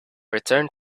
returned